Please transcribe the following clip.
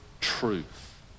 truth